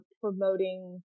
promoting